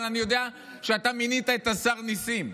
אבל אני יודע שאתה מינית את השר נסים,